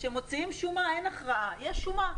כשמוציאים שומה אין הכרעה, יש שומה.